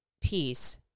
peace